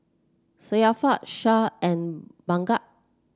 Syafiqah Shah and Bunga